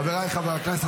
חבריי חברי הכנסת,